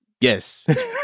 yes